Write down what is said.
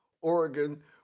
Oregon